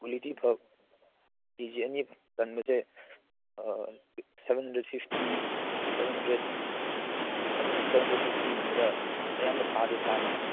quality K G ꯑꯅꯤ ꯆꯟꯕꯁꯦ ꯑꯥ seven hundred fifty seven hundred ꯑꯗꯨꯝ ꯁꯕꯦꯟ ꯍꯟꯗ꯭ꯔꯦꯗ ꯐꯤꯐꯇꯤ ꯒꯨꯝꯕꯗ ꯑꯌꯥꯝꯕ ꯊꯥꯗꯤ ꯊꯥꯕꯅꯦ